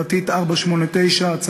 פ/489/19,